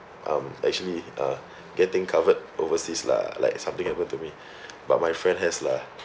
um actually uh getting covered overseas lah like something happen to me but my friend has lah